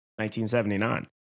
1979